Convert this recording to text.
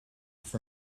for